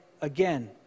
again